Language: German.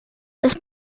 des